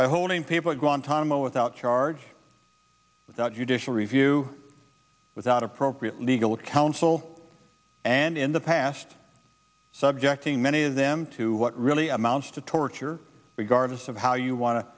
by holding people at guantanamo without charge that you didn't review without appropriate legal counsel and in the past subjecting many of them to what really amounts to torture regardless of how you want to